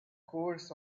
course